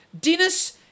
Dennis